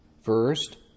first